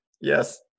yes